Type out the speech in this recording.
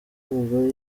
umugore